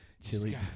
Chili